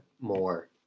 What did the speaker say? more